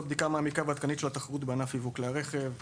של בדיקה מעמיקה ועדכנית של התחרות בענף יבוא כלי הרכב;